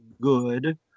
good